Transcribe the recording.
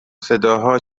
صداها